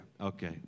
Okay